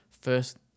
first